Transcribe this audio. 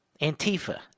Antifa